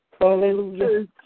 Hallelujah